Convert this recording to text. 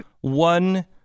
one